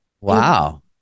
Wow